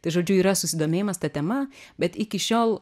tai žodžiu yra susidomėjimas ta tema bet iki šiol